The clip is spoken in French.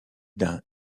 d’un